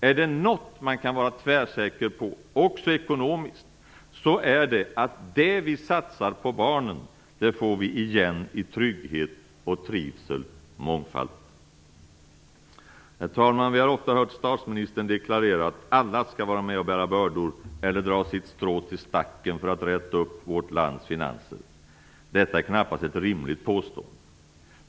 Är det något man kan vara tvärsäker på, också ekonomiskt, så är det att det vi satsar på barnen får vi mångfalt igen i trygghet och trivsel. Herr talman! Vi har ofta hört statsministern deklarera att alla skall vara med och bära bördor eller dra sitt strå till stacken för att räta upp vårt lands finanser. Detta är knappast ett rimligt påstående.